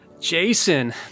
Jason